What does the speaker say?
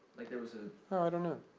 like there was a oh i don't know.